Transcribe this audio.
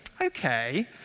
okay